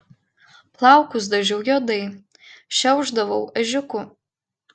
plaukus dažiau juodai šiaušdavau ežiuku